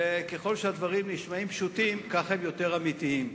וככל שהדברים נשמעים פשוטים, כך הם יותר אמיתיים,